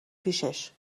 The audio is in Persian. پیشش